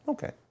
Okay